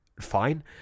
fine